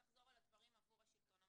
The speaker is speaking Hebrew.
לחזור קצת על הדברים עבור השלטון המקומי.